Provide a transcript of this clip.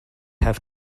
have